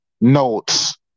notes